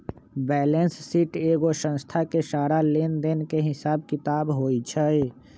balance sheet एगो संस्था के सारा लेन देन के हिसाब किताब होई छई